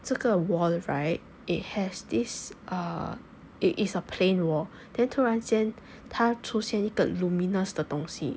这个 wall right it has this err it is a plain wall then 突然间他出现一个 luminous 的东西